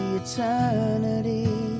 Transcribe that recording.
eternity